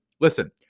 Listen